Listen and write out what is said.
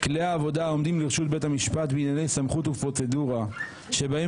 כלי העבודה העומדים לרשות בית המשפט בענייני סמכות ופרוצדורה שבהם